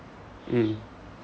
mm